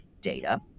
data